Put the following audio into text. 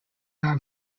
now